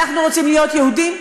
אנחנו רוצים להיות יהודים,